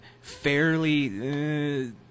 fairly –